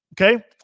Okay